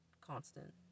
constant